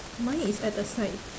mine is at the side